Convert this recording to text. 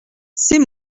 c’est